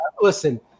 Listen